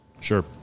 sure